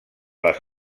les